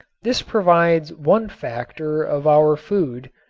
this provides one factor of our food,